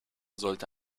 sollte